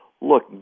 look